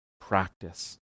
practice